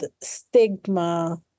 stigma